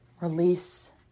Release